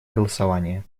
голосования